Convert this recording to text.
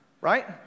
Right